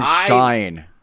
Shine